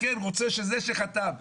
רוצה שזה חתם,